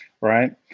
right